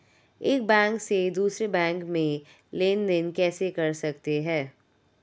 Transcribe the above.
एक बैंक से दूसरे बैंक में लेनदेन कैसे कर सकते हैं?